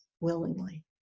willingly